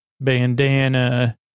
bandana